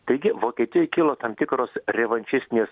taigi vokietijoj kilo tam tikros revanšistinės